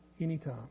anytime